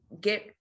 get